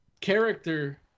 character